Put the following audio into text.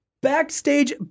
backstage